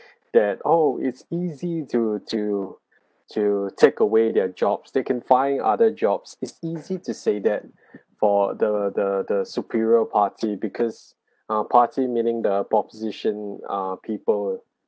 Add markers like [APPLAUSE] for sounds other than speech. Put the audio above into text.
that oh it's easy to to to take away their jobs they can find other jobs it's easy to say that [BREATH] for the the the superior party because ah party meaning the proposition ah people